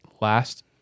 last